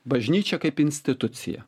bažnyčia kaip institucija